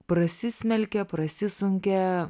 prasismelkia prasisunkia